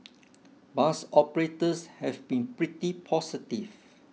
bus operators have been pretty positive